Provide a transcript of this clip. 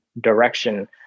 direction